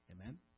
Amen